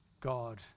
God